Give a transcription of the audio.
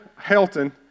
Helton